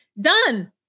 done